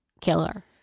killer